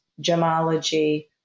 gemology